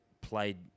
played